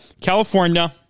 California